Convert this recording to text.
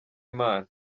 imana